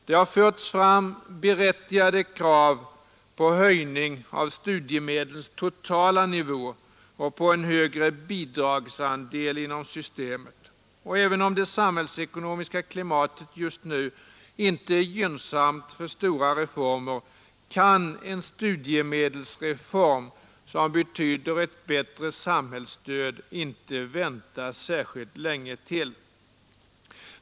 Det har förts fram berättigade krav på en höjning av studiemedlens totala nivå och på en högre bidragsandel inom systemet. Även om det samhällsekonomiska klimatet just nu inte är gynnsamt för stora reformer, kan en studiemedelsreform, som betyder ett bättre samhällsstöd, inte vänta särskilt länge till.